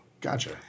Gotcha